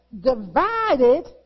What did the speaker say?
divided